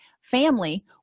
family